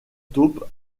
taupe